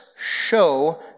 show